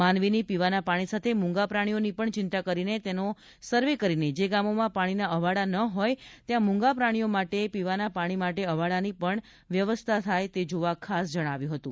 માનવીની પીવાના પાણી સાથે મુંગા પ્રાણીઓની પણ ચિંતા કરીને તેનો સર્વે કરીને જે ગામોમાં પાણીના અવેડા ન હોય ત્યાં મુંગા પ્રાણીઓ માટે પીવાના પાણી માટે અવેડાની પણ વ્યવસ્થા થાય તે જોવા પણ ખાસ જણાવ્યું હતું